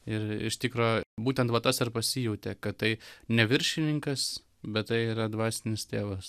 ir iš tikro būtent va tas ar pasijautė kad tai ne viršininkas bet tai yra dvasinis tėvas